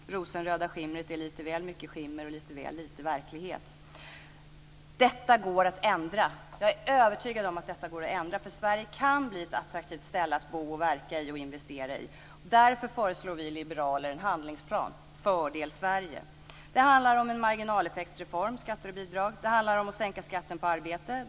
Det rosenröda skimret är lite väl mycket skimmer och lite väl lite verklighet. Jag är övertygad om att detta går att ändra. Sverige kan bli ett attraktivt ställe att bo, verka och investera i. Därför föreslår vi liberaler en handlingsplan med benämningen Fördel Sverige. Det handlar om en marginaleffektsreform för skatter och bidrag. Det handlar om att sänka skatten på arbete.